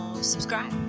subscribe